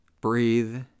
breathe